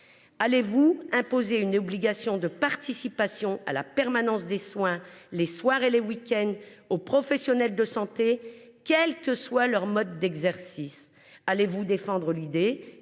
Allez vous imposer une obligation de participation à la permanence des soins les soirs et les week ends aux professionnels de santé, quel que soit leur mode d’exercice ? Allez vous défendre l’idée